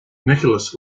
nicholas